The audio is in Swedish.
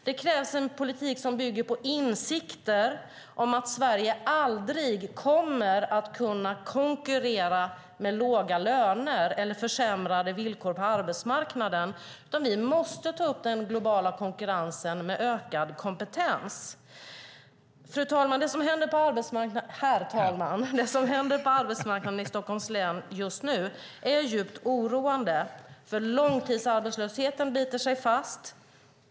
Det krävs en politik som bygger på insikten om att Sverige aldrig kommer att kunna konkurrera med låga löner eller försämrade villkor på arbetsmarknaden, utan vi måste ta upp den globala konkurrensen med ökad kompetens. Herr talman! Det som just nu händer på arbetsmarknaden i Stockholms län är djupt oroande. Långtidsarbetslösheten biter sig fast.